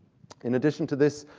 in addition to this,